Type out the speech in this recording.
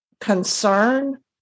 concern